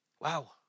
Wow